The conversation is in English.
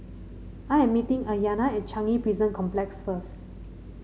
I am meeting Ayanna at Changi Prison Complex first